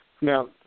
Now